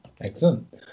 Excellent